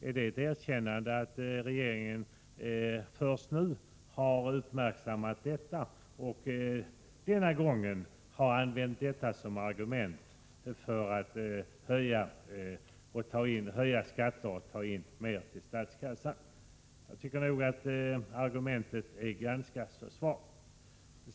Är det ett erkännande av att regeringen först nu har uppmärksammat orättvisor och denna gång har använt detta som argument för att höja skatter och ta in mer till statskassan? Jag tycker att det argumentet är ganska svagt.